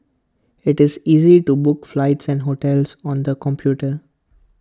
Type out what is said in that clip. IT is easy to book flights and hotels on the computer